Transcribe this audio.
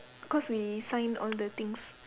cause we sign all the things